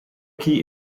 key